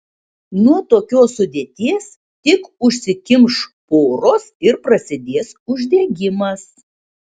nuo tokios sudėties tik užsikimš poros ir prasidės uždegimas